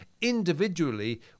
individually